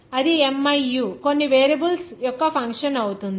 అది miu కొన్ని variables యొక్క ఫంక్షన్ అవుతుంది